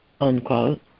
unquote